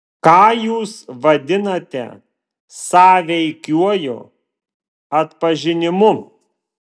ką jūs vadinate sąveikiuoju atpažinimu